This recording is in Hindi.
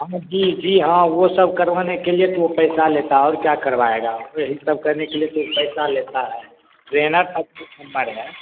हाँ जी जी हाँ वह सब करवाने के लिए तो वह पैसा लेता और क्या करवाएगा वही सब करने के लिए तो पैसा लेता है ट्रेनर है